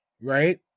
right